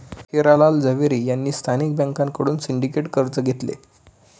हिरा लाल झवेरी यांनी स्थानिक बँकांकडून सिंडिकेट कर्ज घेतले